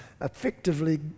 effectively